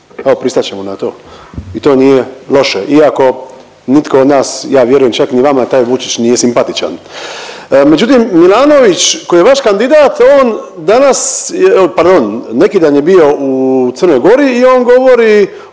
evo pristat ćemo na to i to nije loše, iako nitko od nas ja vjerujem čak ni vama taj Vučić nije simpatičan. Međutim, Milanović koji je vaš kandidat on danas pardon neki dan je bio u Crnoj Gori i on govori